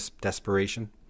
desperation